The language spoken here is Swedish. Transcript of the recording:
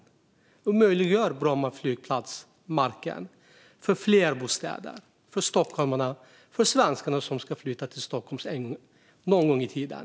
Varför inte möjliggöra att Bromma flygplats mark kan användas för fler bostäder för stockholmarna och för svenskarna som ska flytta till Stockholm någon gång i tiden?